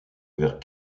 vers